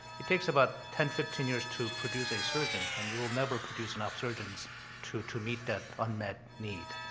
it takes about ten fifteen years to produce a surgeon and you will never produce enough surgeons to to meet that unmet need.